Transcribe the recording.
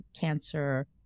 cancer